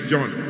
John